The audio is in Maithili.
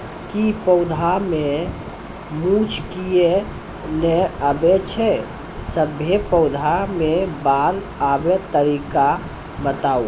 किछ पौधा मे मूँछ किये नै आबै छै, सभे पौधा मे बाल आबे तरीका बताऊ?